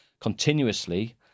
continuously